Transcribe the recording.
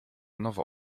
nowo